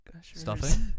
Stuffing